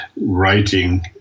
writing